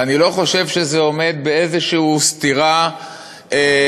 ואני לא חושב שזה עומד באיזושהי סתירה לדו-קיום,